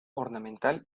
ornamental